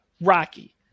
Rocky